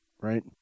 right